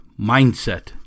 Mindset